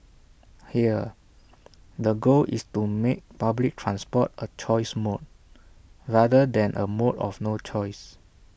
here the goal is to make public transport A choice mode rather than A mode of no choice